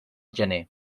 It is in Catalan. gener